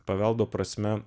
paveldo prasme